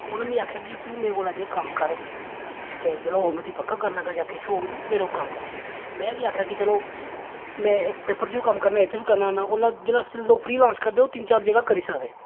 ते उ'नें मिगी आखेआ कि तू मेरे कोल अजें कम्म कर ते जेल्लै होग में तुगी पक्का करी लैगा तु मेरे कोल कम्म कर में बी आखेआ कि चलो में इक पेपर च बी कम्म करना होन्ना उसलै जेल्लै लोक फ्री लांदे ओह् तिन्न चार जगह् करी सकदे